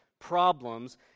problems